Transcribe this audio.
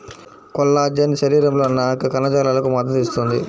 collagen శరీరంలోని అనేక కణజాలాలకు మద్దతు ఇస్తుంది